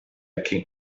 can